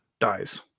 dies